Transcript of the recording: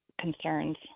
concerns